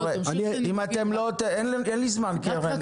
--- אין לי זמן, קרן.